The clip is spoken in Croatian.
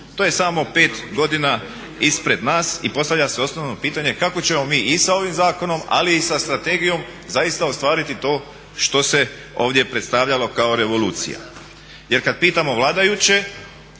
To je samo 5 godina ispred nas i postavlja se osnovno pitanje kako ćemo mi i sa ovim zakonom ali i sa strategijom zaista ostvariti to što se ovdje predstavljalo kao revolucija? Jer kad pitamo vladajuće